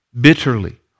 bitterly